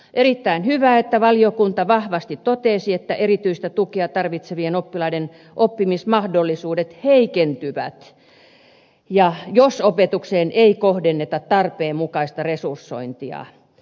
erittäin hyvä että valiokunta vahvasti totesi että erityistä tukea tarvitsevien oppilaiden oppimismahdollisuudet heikentyvät jos opetukseen ei kohdenneta tarpeenmukaista resursointia